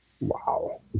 Wow